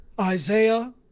Isaiah